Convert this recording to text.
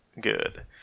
good